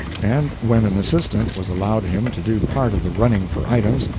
and, when an assistant was allowed him to do part of the running for items,